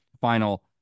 final